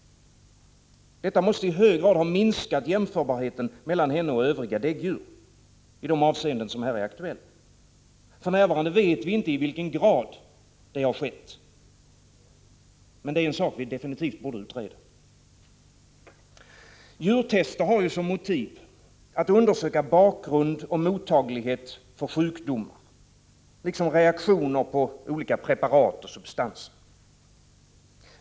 Detta måste i hög grad ha minskat jämförbarheten mellan henne och övriga däggdjur i de avseenden som här är aktuella. Vi vet för närvarande inte i vilken grad det har skett, men det är något vi definitivt borde utreda. Djurtester har ju som motiv att undersöka bakgrund och mottaglighet för sjukdomar liksom reaktioner på olika preparat och substanser.